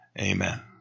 Amen